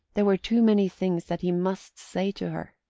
there were too many things that he must say to her.